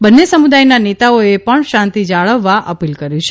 બન્ને સમુદાયના નેતાઓએ પણ શાંતિ જાળવવા અપીલ કરી છે